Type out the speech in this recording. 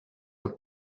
were